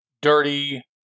dirty